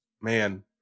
Man